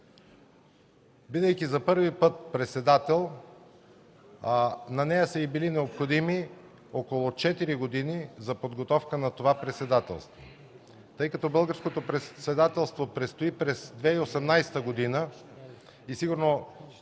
Бидейки за първи път председател, на нея са й били необходими около 4 години за подготовка на това председателство. Тъй като Българското председателство предстои през 2018 г., и сигурно